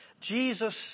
Jesus